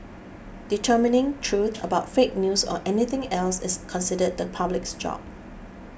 determining truth about fake news or anything else is considered the public's job